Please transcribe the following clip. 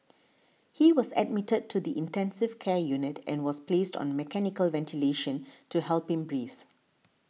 he was admitted to the intensive care unit and was placed on mechanical ventilation to help him breathe